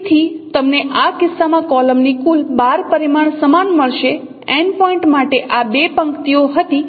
તેથી તમને આ કિસ્સામાં કોલમની કુલ 12 પરિમાણ સમાન મળશે n પોઇન્ટ માટે આ 2 પંક્તિઓ હતી